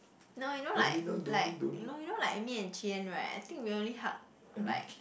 no you know like like you know you know like me and Chien right I think we only hug like